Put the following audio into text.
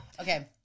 Okay